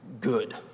good